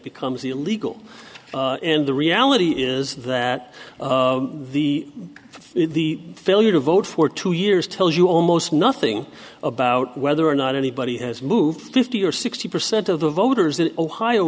becomes illegal and the reality is that the for the failure to vote for two years tells you almost nothing about whether or not anybody has moved fifty or sixty percent of the voters in ohio